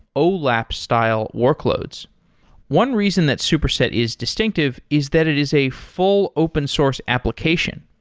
olap style workloads one reason that superset is distinctive is that it is a full open-source application.